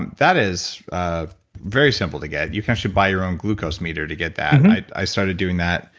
um that is very simple to get. you can actually buy your own glucose meter to get that. i started doing that,